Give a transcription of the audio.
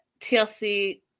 TLC